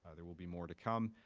ah there will be more to come.